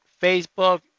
Facebook